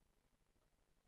הזאת.